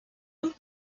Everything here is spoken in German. und